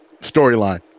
storyline